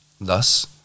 Thus